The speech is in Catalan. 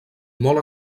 molt